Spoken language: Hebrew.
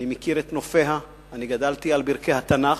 אני מכיר את נופיה, גדלתי על ברכי התנ"ך.